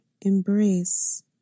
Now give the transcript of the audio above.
embrace